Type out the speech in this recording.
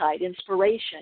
inspiration